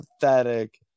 pathetic